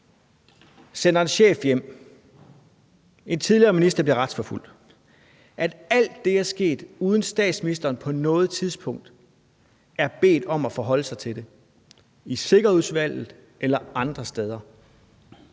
sender en chef hjem og en tidligere minister bliver retsforfulgt, er sket, uden at statsministeren på noget tidspunkt er blevet bedt om at forholde sig til det i Sikkerhedsudvalget eller andre steder?